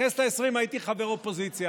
בכנסת העשרים הייתי חבר אופוזיציה.